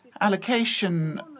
allocation